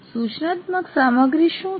સૂચનાત્મક સામગ્રી શું છે